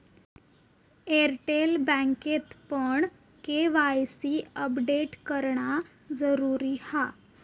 Airtel बँकेतपण KYC update करणा जरुरी हा